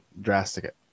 drastic